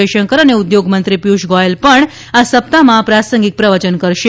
જયશંકર અને ઉદ્યોગમંત્રી પિયુષ ગોયલ પણ આ સપ્તાહમાં પ્રાસંગિક પ્રવચન કરશે